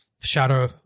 shadow